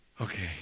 okay